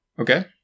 Okay